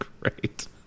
great